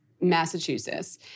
Massachusetts